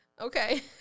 okay